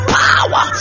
power